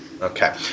okay